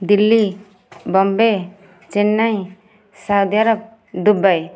Delhi Bombay Chennai Saudi Arab Dubai